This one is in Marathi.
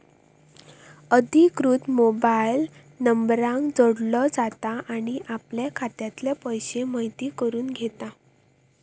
अधिकृत मोबाईल नंबराक जोडलो जाता आणि आपले खात्यातले पैशे म्हायती करून घेता